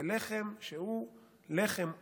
זה לחם שהוא לחם עוני.